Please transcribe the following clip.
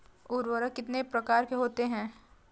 उर्वरक कितने प्रकार के होते हैं?